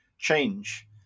change